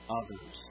others